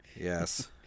Yes